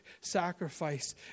sacrifice